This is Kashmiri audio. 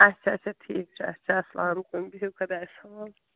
اچھا اچھا ٹھیٖک چھُ اچھا اسلام علیکُم بِہِیو خۄدایَس حوالہ